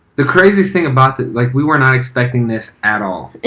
the craziest thing about that, like we were not expecting this at all.